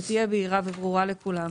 שתהיה בהירה וברורה לכולם.